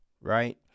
right